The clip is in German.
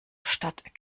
statt